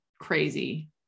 crazy